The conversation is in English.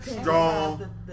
strong